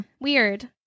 Weird